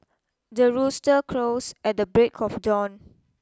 the rooster crows at the break of dawn